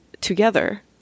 together